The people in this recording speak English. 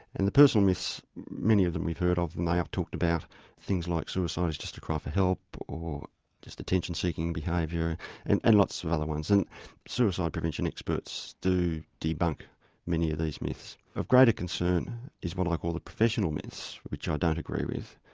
and the personal myths many of them we have heard of and may have talked about things like suicide is just a cry for help, or just attention seeking behaviour and and lots of other ones. and suicide prevention experts do debunk many of these myths. of greater concern is what i call the professional myths, which i don't agree with,